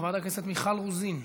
חברת הכנסת מיכל רוזין,